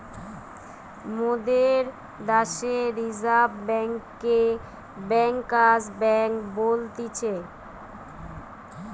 মোদের দ্যাশে রিজার্ভ বেঙ্ককে ব্যাঙ্কার্স বেঙ্ক বলতিছে